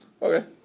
Okay